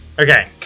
Okay